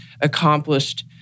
accomplished